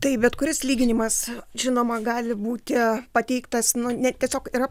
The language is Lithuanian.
taip bet kuris lyginimas žinoma gali būti pateiktas nu ne tiesiog yra